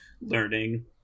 learning